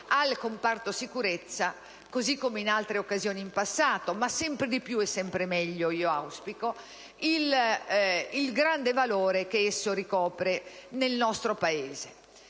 al comparto sicurezza, così come in altre occasioni in passato, ma sempre di più e sempre meglio auspico, il grande valore che esso ricopre nel nostro Paese.